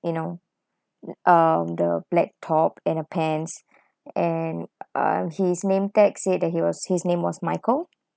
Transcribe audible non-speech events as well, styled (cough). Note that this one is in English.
you know um the black top and a pants (breath) and um his name tag say that he was his name was michael